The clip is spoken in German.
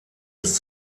ist